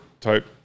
type